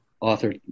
author